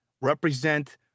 represent